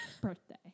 birthday